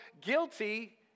guilty